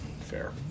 Fair